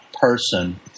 person